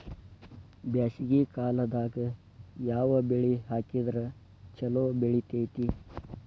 ಬ್ಯಾಸಗಿ ಕಾಲದಾಗ ಯಾವ ಬೆಳಿ ಹಾಕಿದ್ರ ಛಲೋ ಬೆಳಿತೇತಿ?